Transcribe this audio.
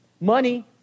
Money